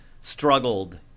struggled